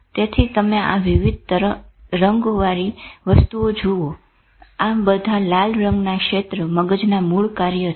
તેથી તમે આ વિવિધ રંગો વારી વસ્તુઓ જુઓ આ બધા લાલ રંગના ક્ષેત્રો મગજના મૂળ કાર્ય છે